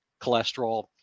cholesterol